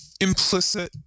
implicit